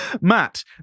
Matt